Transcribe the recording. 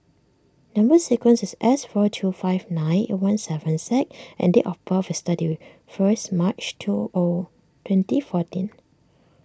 Number Sequence is S four two five nine eight one seven Z and date of birth is thirty first March two O twenty fourteen